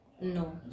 no